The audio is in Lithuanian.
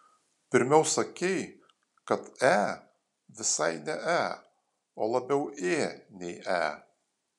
pirmiau sakei kad e visai ne e o labiau ė nei e